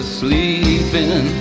sleeping